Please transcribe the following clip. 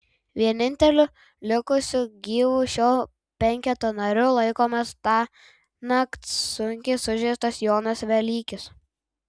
vieninteliu likusiu gyvu šio penketo nariu laikomas tąnakt sunkiai sužeistas jonas velykis